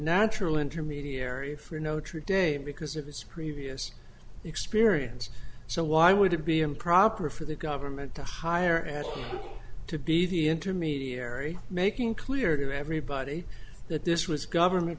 natural intermediary for notre dame because of its previous experience so why would it be improper for the government to hire and to be the intermediary making clear to everybody that this was government